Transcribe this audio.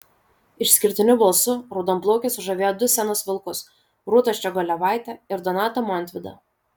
išskirtiniu balsu raudonplaukė sužavėjo du scenos vilkus rūtą ščiogolevaitę ir donatą montvydą